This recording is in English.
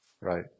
right